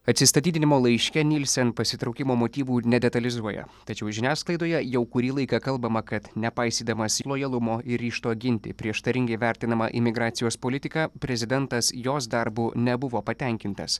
atsistatydinimo laiške nilsen pasitraukimo motyvų nedetalizuoja tačiau žiniasklaidoje jau kurį laiką kalbama kad nepaisydamas lojalumo ir ryžto ginti prieštaringai vertinamą imigracijos politiką prezidentas jos darbu nebuvo patenkintas